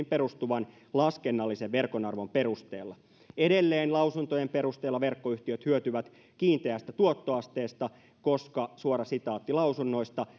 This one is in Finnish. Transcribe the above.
perustuvan laskennallisen verkon arvon perusteella edelleen lausuntojen perusteella verkkoyhtiöt hyötyvät kiinteästä tuottoasteesta koska suora sitaatti lausunnoista